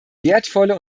wertvolle